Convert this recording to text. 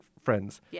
friends